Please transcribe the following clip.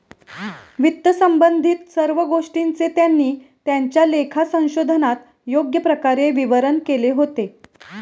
वित्तसंबंधित सर्व गोष्टींचे त्यांनी त्यांच्या लेखा संशोधनात योग्य प्रकारे विवरण केले होते